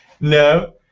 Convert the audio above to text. No